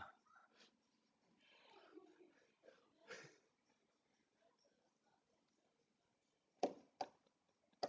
ya